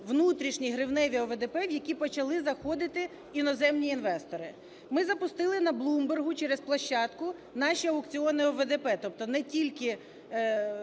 внутрішні гривневі ОВДП, в які почали заходити іноземні інвестори. Ми запустили на Вloomberg через площадку наші аукціони ОВДП, тобто не тільки…